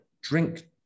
drink